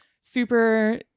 super